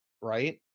Right